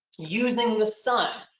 using the sun,